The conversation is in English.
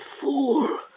fool